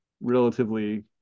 relatively